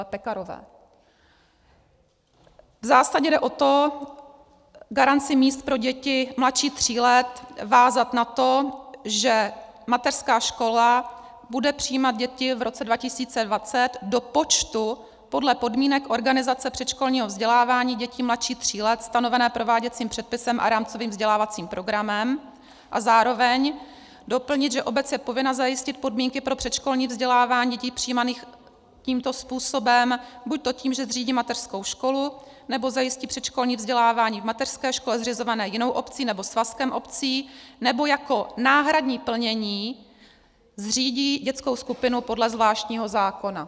V zásadě jde o to garanci míst pro děti mladší tří let vázat na to, že mateřská škola bude přijímat děti v roce 2020 do počtu podle podmínek organizace předškolního vzdělávání dětí mladších tří let stanovené prováděcím předpisem a rámcovým vzdělávacím programem, a zároveň doplnit, že obec je povinna zajistit podmínky pro předškolní vzdělávání dětí přijímaných tímto způsobem buď tím, že zřídí mateřskou školu, nebo zajistí předškolní vzdělávání v mateřské škole zřizované jinou obcí nebo svazkem obcí, nebo jako náhradní plnění zřídí dětskou skupinu podle zvláštního zákona.